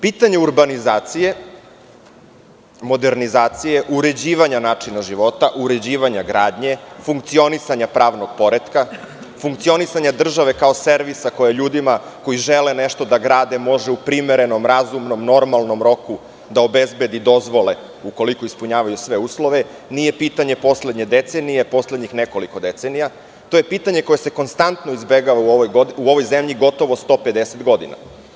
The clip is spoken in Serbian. Pitanje urbanizacije, modernizacije, uređivanja načina života, uređivanja gradnje, funkcionisanje pravnog poretka, funkcionisanja države kao servisa koji ljudima koji žele nešto da grade može u primerenom, razumnom, normalnom roku da obezbedi dozvole ukoliko ispunjavaju sve uslove, nije pitanje poslednje decenije i poslednjih nekoliko decenija, to je pitanje koje se konstantno izbegava u ovoj zemlji gotovo 150 godina.